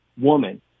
woman